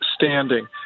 standing